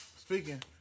speaking